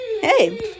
hey